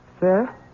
Sir